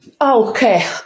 okay